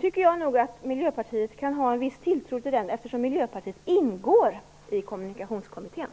tycker nog att Miljöpartiet kan ha en viss tilltro till Kommunikationskommittén eftersom Miljöpartiet ingår i den.